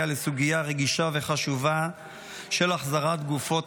שקיפות בארגונים נתמכים) התשפ"ג